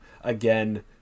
again